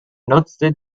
nutzte